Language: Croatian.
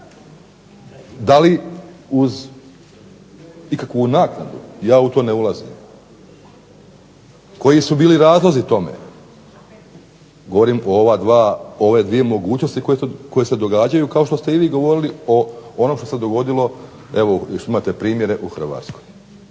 Da li uz ikakvu naknadu ja u to ne ulazim. Koji su bili razlozi tome? Govorim o ove dvije mogućnosti koje se događaju kao što ste i vi govorili o onom što se dogodilo, evo još imate primjere u Hrvatskoj.